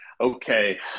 Okay